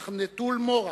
אך נטול מורך,